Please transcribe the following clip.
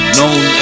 known